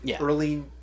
Early